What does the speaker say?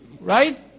right